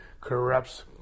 Corrupts